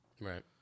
Right